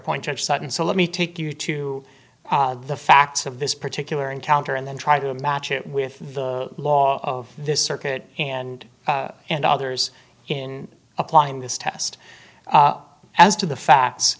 point judge sutton so let me take you to the facts of this particular encounter and then try to match it with the law of this circuit and and others in applying this test as to the facts